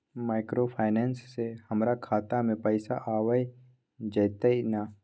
Microfinance से हमारा खाता में पैसा आबय जेतै न?